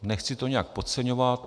Nechci to nějak podceňovat.